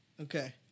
Okay